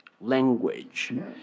language